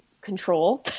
control